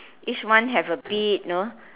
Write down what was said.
each one have a bit know